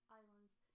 islands